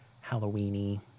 Halloween-y